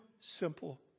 simple